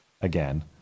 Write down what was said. again